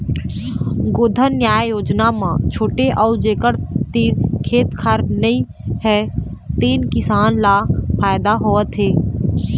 गोधन न्याय योजना म छोटे अउ जेखर तीर खेत खार नइ हे तेनो किसान ल फायदा होवत हे